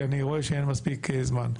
כי אני רואה שאין מספיק זמן.